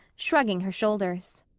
shrugging her shoulders.